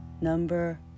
number